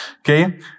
Okay